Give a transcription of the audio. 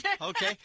Okay